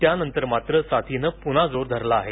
त्यानंतर मात्र साधीनं पुन्हा जोर धरला आहे